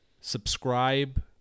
subscribe